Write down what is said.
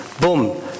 boom